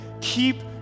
keep